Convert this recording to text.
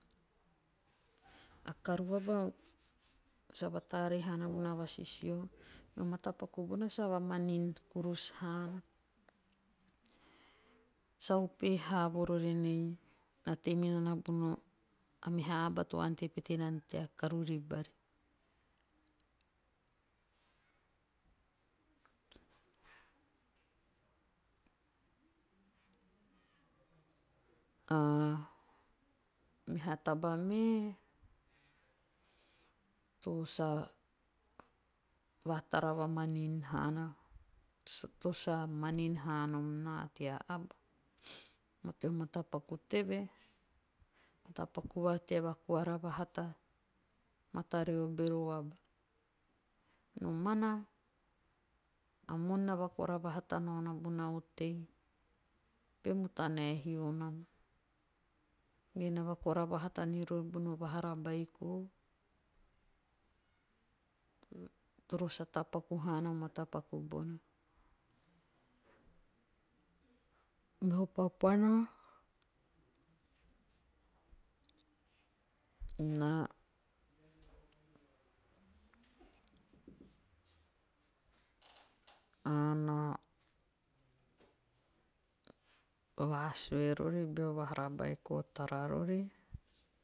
A karu aba sa vatare haana bona vasisio. o matapaku bona sa vamanin kurus haana. Sa upehe ha vorori enei na tei munana bona meha aba to ante pete nana tea karu ribari. Ah meha taba me. to sa va tara vamanin haana. to a manin haanom naa tea aba teo matapaku teve. o matapaku naa tea aba teo matapaku teve. o matapaku va tea vakoara vahata mata rio bero aba. Nomana, moon na vakoara vahata beiko. toro a tapaku haana o matapaku bona. Meho papana na ah. na vasue rori beo vahara beiko tara rori